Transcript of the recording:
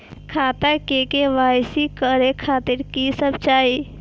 खाता के के.वाई.सी करे खातिर की सब चाही?